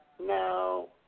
No